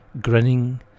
grinning